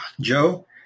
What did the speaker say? joe